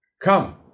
Come